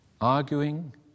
arguing